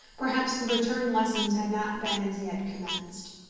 perhaps the return lessons had not been as yet commenced.